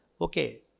okay